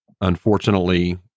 Unfortunately